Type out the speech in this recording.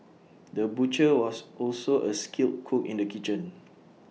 the butcher was also A skilled cook in the kitchen